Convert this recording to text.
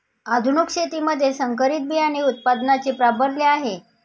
आधुनिक शेतीमध्ये संकरित बियाणे उत्पादनाचे प्राबल्य आहे